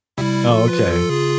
okay